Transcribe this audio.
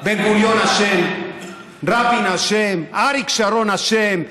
בן-גוריון אשם, רבין אשם, אריק שרון אשם.